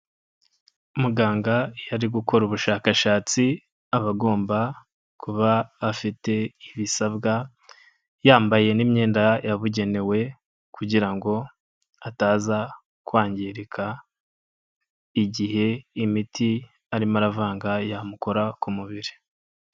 Muganga iyo ari gukora ubushakashatsi, abagomba kuba afite ibisabwa yambaye n'imyenda yabugenewe kugira ngo ataza kwangirika, igihe imiti arimo aravanga yamukora ku mubiri.